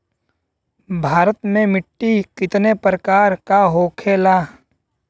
भारत में मिट्टी कितने प्रकार का होखे ला?